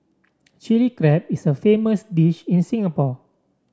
Chilli Crab is a famous dish in Singapore